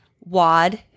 wad